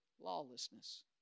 lawlessness